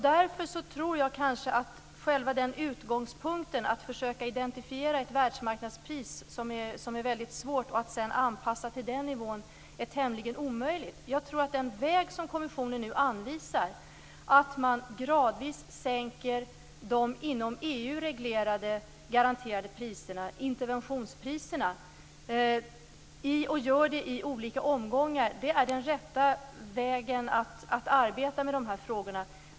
Därför tror jag att själva utgångspunkten att försöka identifiera ett världsmarknadspris, vilket är väldigt svårt, och sedan anpassa sig till den nivån är tämligen omöjligt. Jag tror att den väg som kommissionen nu anvisar, att gradvis sänka de inom EU reglerade garanterade priserna, interventionspriserna, och göra det i olika omgångar, är den rätta vägen att arbeta med de här frågorna.